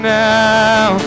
now